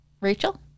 Rachel